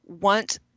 want